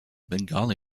bengali